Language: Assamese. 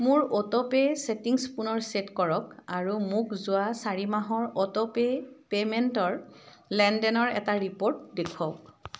মোৰ অ'টোপে' ছেটিংছ পুনৰ ছে'ট কৰক আৰু মোক যোৱা চাৰি মাহৰ অ'টোপে' পে'মেণ্টৰ লেনদেনৰ এটা ৰিপ'ৰ্ট দেখুৱাওক